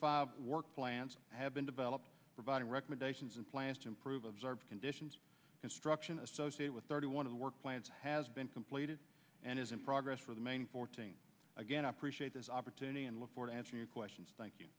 five work plans have been developed providing recommendations and plans to improve observed conditions construction associated with thirty one of the work plans has been completed and is in progress for the main fourteen again appreciate this opportunity and look for to answer your questions thank you